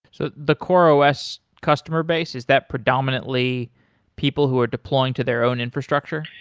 the the coreos customer-base, is that predominantly people who are deploying to their own infrastructure?